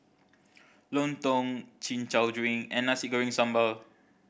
lontong Chin Chow drink and Nasi Goreng Sambal